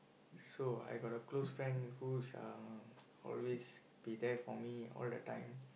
so I got a close friend who's always be there for me all the time